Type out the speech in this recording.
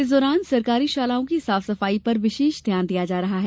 इस दौरान सरकारी शालाओं की साफ सफाई पर विशेष ध्यान दिया जा रहा है